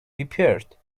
repaired